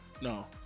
No